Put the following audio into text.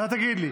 אתה תגיד לי.